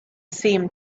seemed